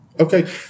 Okay